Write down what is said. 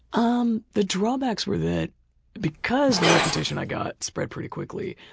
um the drawbacks were that because the reputation i got spread pretty quickly.